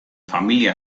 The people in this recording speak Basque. familia